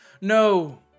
No